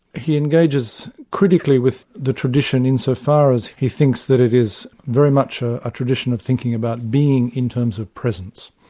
he engages critically with the tradition insofar as he thinks that it is very much a tradition of thinking about being in terms of presence.